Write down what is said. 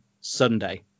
Sunday